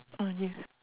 ah yes